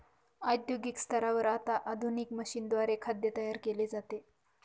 औद्योगिक स्तरावर आता आधुनिक मशीनद्वारे खाद्य तयार केले जाते